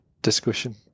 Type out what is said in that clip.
Discussion